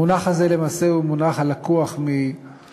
המונח הזה הוא למעשה מונח הלקוח משמן